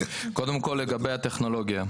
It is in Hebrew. לגבי הטכנולוגיה,